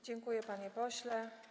Dziękuję, panie pośle.